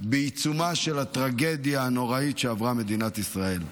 בעיצומה של הטרגדיה הנוראית שעברה מדינת ישראל.